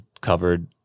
covered